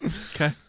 Okay